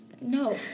no